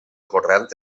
corrent